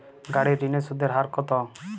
গাড়ির ঋণের সুদের হার কতো?